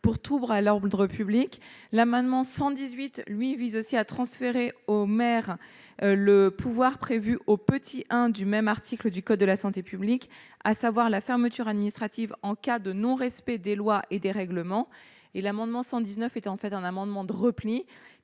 pour trouvera là on voudrait public l'amendement 118 lui vise aussi à transférer au maire le pouvoir prévues au petit I du même article du code de la santé publique, à savoir la fermeture administrative en cas de non respect des lois et des règlements et l'amendement 119 étaient en fait un amendement de repli,